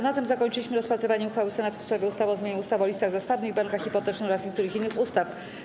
Na tym zakończyliśmy rozpatrywanie uchwały Senatu w sprawie ustawy o zmianie ustawy o listach zastawnych i bankach hipotecznych oraz niektórych innych ustaw.